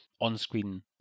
on-screen